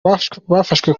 bafashwe